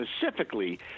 specifically